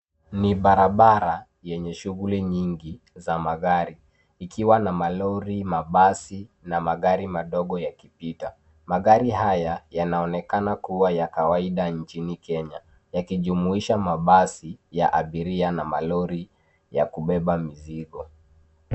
Ni barabara yenye shuguli nyigi za magari, ikiwa na malori, mabasi na magari madogo yakipita. Magari haya yanaonekana kuwa ya kawaida nchini Kenya, yakijumuisha mabasi ya abiria na malori ya kubeba mizigo.